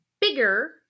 bigger